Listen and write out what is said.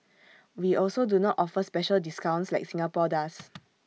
we also do not offer special discounts like Singapore does